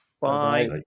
Bye